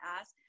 ask